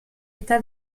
está